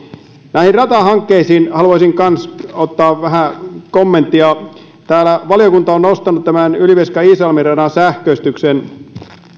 näihin ratahankkeisiin haluaisin kanssa esittää vähän kommenttia täällä valiokunta on nostanut ylivieska iisalmi radan sähköistyksen